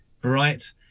bright